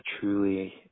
truly